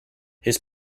his